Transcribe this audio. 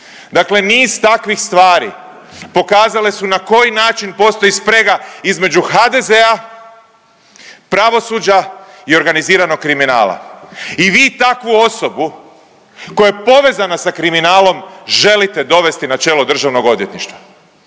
Dakle, niz takvih stvari pokazale su na koji način postoji sprega između HDZ-a, pravosuđa i organiziranog kriminala. I vi takvu osobu koja je povezana sa kriminalom želite dovesti na čelo Državnog odvjetništva?